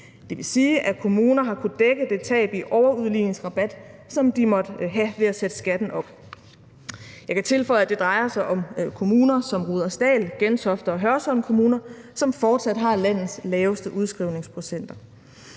Det vil sige, at kommuner har kunnet dække det tab i overudligningsrabat, som de måtte have, ved at sætte skatten op. Jeg kan tilføje, at det drejer sig om kommuner som Rudersdal, Gentofte og Hørsholm Kommuner, som fortsat har landets laveste udskrivningsprocenter.